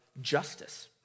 justice